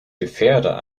gefährder